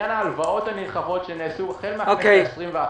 בעניין ההלוואות הנרחבות שנעשו החל מהכנסת ה-21,